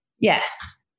Yes